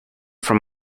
from